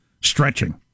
stretching